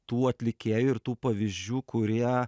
tų atlikėjų ir tų pavyzdžių kurie